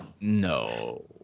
No